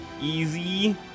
Easy